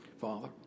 Father